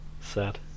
Sad